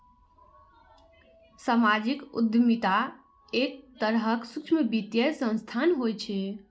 सामाजिक उद्यमिता एक तरहक सूक्ष्म वित्तीय संस्थान होइ छै